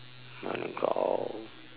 you want to go